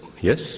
yes